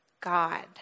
God